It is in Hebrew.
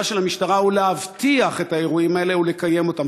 של המשטרה הוא להבטיח את האירועים האלה ולקיים אותם.